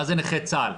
מה זה נכה צה"ל?